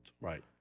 Right